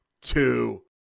two